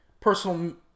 personal